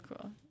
cool